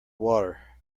water